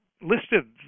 listed